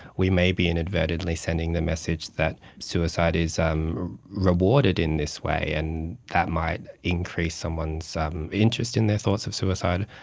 we may be inadvertently sending the message that suicide is um rewarded in this way, and that might increase someone's interest in their thoughts of suicide.